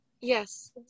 yes